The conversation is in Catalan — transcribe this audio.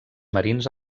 marins